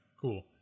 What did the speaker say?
cool